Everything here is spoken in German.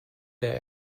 der